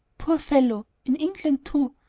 poor fellow! in england too!